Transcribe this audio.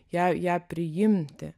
ją ją priimti